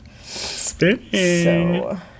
spin